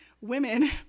women